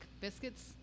biscuits